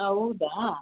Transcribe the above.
ಹೌದಾ